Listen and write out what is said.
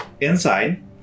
Inside